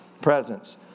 presence